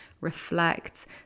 reflect